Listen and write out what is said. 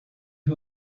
who